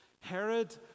Herod